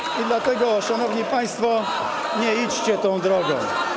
I dlatego, szanowni państwo, nie idźcie tą drogą.